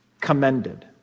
commended